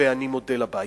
ואני מודה לבית.